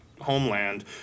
homeland